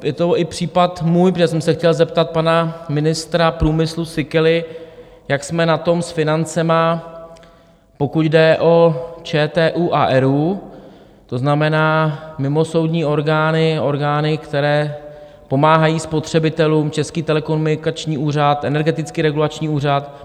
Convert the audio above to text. A je to i případ můj, protože jsem se chtěl zeptat pana ministra průmyslu Síkely, jak jsme na tom s financemi, pokud jde o ČTÚ a ERÚ, to znamená, mimosoudní orgány, orgány, které pomáhají spotřebitelům Český telekomunikační úřad, Energetický regulační úřad.